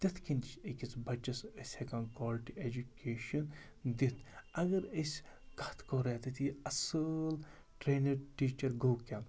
تِتھ کٔنۍ تہِ چھِ أکِس بَچَس أسۍ ہٮ۪کان کالٹی اٮ۪جوکیشَن دِتھ اَگَر أسۍ کَتھ کَرو اَتتھ یہِ اَصٕل ٹرٛینٕڈ ٹیٖچَر گوٚو کیٛاہ